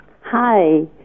Hi